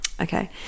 okay